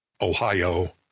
Ohio